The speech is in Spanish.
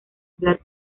bland